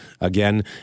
again